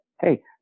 hey